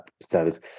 service